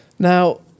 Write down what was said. Now